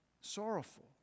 sorrowful